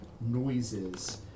noises